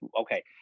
okay